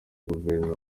guverinoma